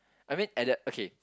I mean at the okay